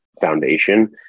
foundation